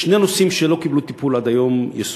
יש שני נושאים שלא קיבלו טיפול יסודי עד היום.